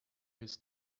his